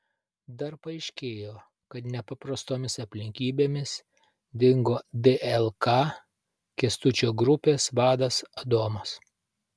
dar paaiškėjo kad nepaprastomis aplinkybėmis dingo dlk kęstučio grupės vadas adomas